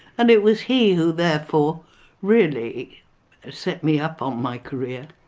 and it was he who therefore really set me up on my career.